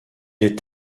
est